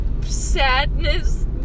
sadness